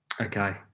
Okay